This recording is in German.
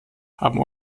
haben